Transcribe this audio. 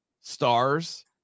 stars